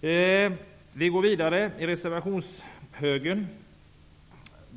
gälla. Jag går vidare med reservationerna.